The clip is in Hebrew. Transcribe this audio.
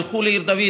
הלכו לעיר דוד,